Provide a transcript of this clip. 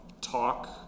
talk